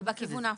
ובכיוון ההפוך?